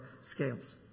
scales